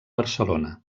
barcelona